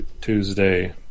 Tuesday